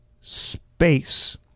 space